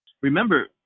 Remember